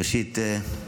ראשית,